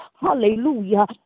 Hallelujah